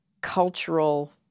cultural